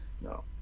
no